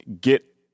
get